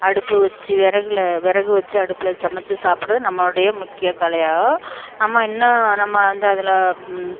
அடுப்பு வெச்சு விறகுல விறகு வெச்சு அடுப்பில் சமைச்சி சாப்பிடுறது நம்மளுடைய முக்கிய கலையாக நம்ம இன்னும் நம்ம வந்து அதில்